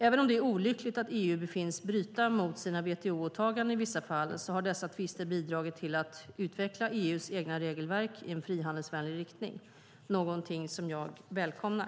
Även om det är olyckligt att EU befinns bryta mot sina WTO-åtaganden i vissa fall har dessa tvister bidragit till att utveckla EU:s egna regelverk i en frihandelsvänlig riktning, vilket är någonting som jag välkomnar.